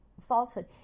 falsehood